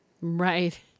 Right